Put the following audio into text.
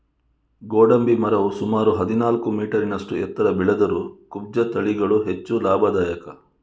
ಗೋಡಂಬಿ ಮರವು ಸುಮಾರು ಹದಿನಾಲ್ಕು ಮೀಟರಿನಷ್ಟು ಎತ್ತರ ಬೆಳೆದರೂ ಕುಬ್ಜ ತಳಿಗಳು ಹೆಚ್ಚು ಲಾಭದಾಯಕ